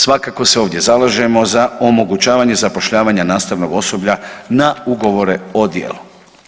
Svakako se ovdje zalažemo za omogućavanje zapošljavanja nastavnog osoblja na ugovore o djelu.